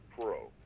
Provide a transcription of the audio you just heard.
pro